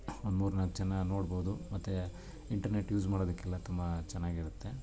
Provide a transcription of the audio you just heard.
ಒಂದು ಮೂರು ನಾಲ್ಕು ಜನ ನೋಡ್ಬೋದು ಮತ್ತೆ ಇಂಟರ್ನೆಟ್ ಯೂಸ್ ಮಾಡೋದಕ್ಕೆಲ್ಲ ತುಂಬ ಚೆನ್ನಾಗಿರುತ್ತೆ